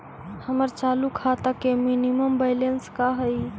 हमर चालू खाता के मिनिमम बैलेंस का हई?